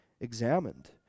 examined